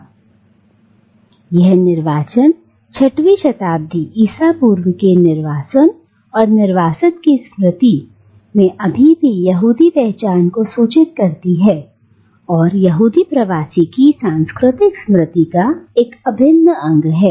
अब यह निर्वाचन 6वी शताब्दी ईसा पूर्व के निर्वासन और निर्वासित की स्मृति अभी भी यहूदी पहचान को सूचित करती है और यहूदी प्रवासी की सांस्कृतिक स्मृति का एक अभिन्न अंग है